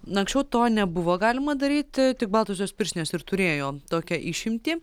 na anksčiau to nebuvo galima daryti tik baltosios pirštinės ir turėjo tokią išimtį